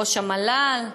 ראש המל"ל,